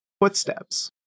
footsteps